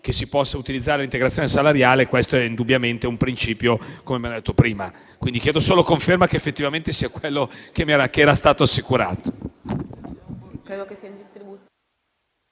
che si possa utilizzare l'integrazione salariale. Questo è indubbiamente un principio, come detto prima. Chiedo quindi solo conferma che effettivamente si tratti di quanto mi è stato assicurato.